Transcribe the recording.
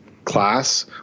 class